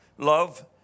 Love